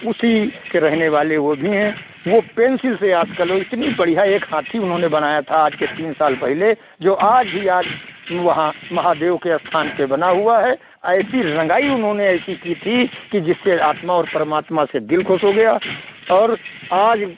उसी के रहने वाले वह भी हैं वह पेन्सिल से आजकल वह इतनी बढ़ियाँ एक हाथी उन्होंने बनाया था आज से तीन साल पहले जो आज भी आज वहाँ महादेव के स्थान पर बना हुआ है ऐसी रंगाई उन्होंने ऐसी की थी कि जिससे आत्मा और परमात्मा से दिल ख़ुश हो गया और आज